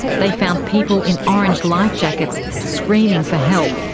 they found people in orange lifejackets screaming for help,